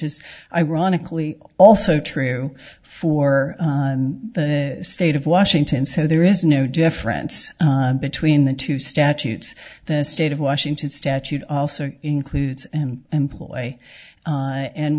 is ironically also true for the state of washington so there is no difference between the two statutes the state of washington statute also includes and employ a